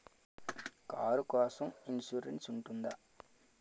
Car కోసం insurance ఉంటుందా?